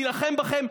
אני אילחם בכם.